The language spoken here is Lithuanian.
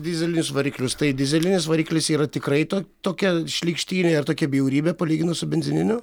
dyzelinius variklius tai dyzelinis variklis yra tikrai to tokia šlykštynė ir tokia bjaurybė palyginus su benzininiu